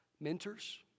mentors